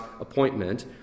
appointment